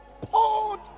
poured